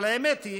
אבל האמת היא